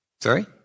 Sorry